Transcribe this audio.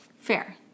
Fair